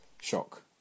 shock